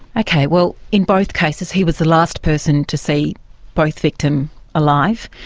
ah kind of well, in both cases he was the last person to see both victims alive.